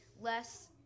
less